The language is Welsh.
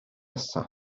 nesaf